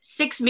six